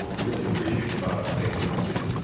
but really appreciate about our state and our city.